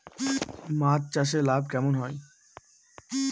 মাছ চাষে লাভ কেমন হয়?